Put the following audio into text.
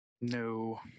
No